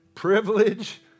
Privilege